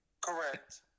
Correct